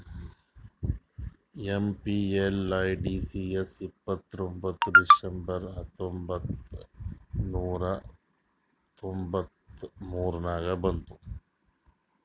MPLADS ಇಪ್ಪತ್ತ್ಮೂರ್ December ಹತ್ತೊಂಬತ್ ನೂರಾ ತೊಂಬತ್ತ ಮೂರ ನಾಗ ಬಂತು